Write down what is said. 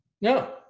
No